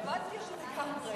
הבנתי את זה לגמרי.